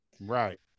right